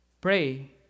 pray